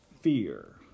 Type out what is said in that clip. fear